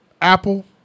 Apple